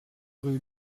rue